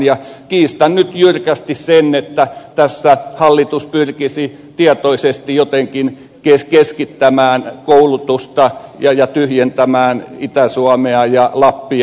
kiistän nyt jyrkästi sen että tässä hallitus pyrkisi tietoisesti jotenkin keskittämään koulutusta ja tyhjentämään itä suomea ja lappia